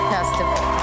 Festival